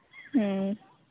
ᱦᱩᱸ